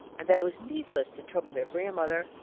and that it was needless to trouble their grandmother.